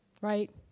right